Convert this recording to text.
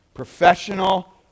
Professional